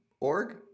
org